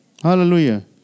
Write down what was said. Hallelujah